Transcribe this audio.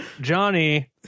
Johnny